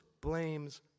blames